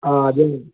అదే